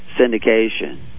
syndication